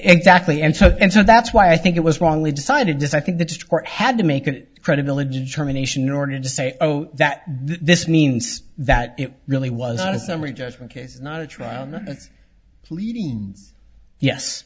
exactly and so and so that's why i think it was wrongly decided this i think the court had to make a credibility determination in order to say that this means that it really was not a summary judgment case not a trial pleadings yes